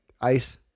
ice